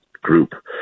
Group